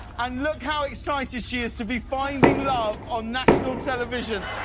and look how excited she is to be finding love on national television.